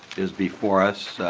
is before us.